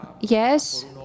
yes